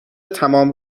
تمام